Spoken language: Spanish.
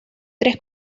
tres